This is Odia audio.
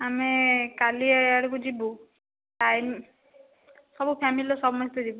ଆମେ କାଲି ଆଡ଼କୁ ଯିବୁ ଟାଇମ୍ ସବୁ ଫ୍ୟାମିଲିର ସମସ୍ତେ ଯିବୁ